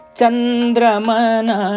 chandramana